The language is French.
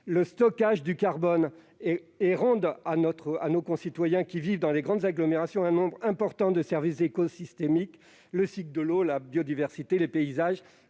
le stockage du carbone. Ils rendent à nos concitoyens qui vivent dans de grandes agglomérations un nombre important de services écosystémiques- cycle de l'eau, biodiversité, paysages